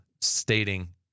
stating